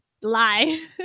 lie